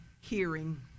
hearing